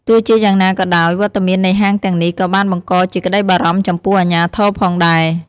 ទោះជាយ៉ាងណាក៏ដោយ វត្តមាននៃហាងទាំងនេះក៏បានបង្កជាក្តីបារម្ភចំពោះអាជ្ញាធរផងដែរ។